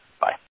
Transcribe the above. Bye